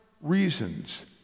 reasons